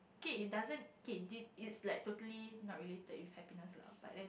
okay it doesn't kay it's like totally not related with happiness lah but then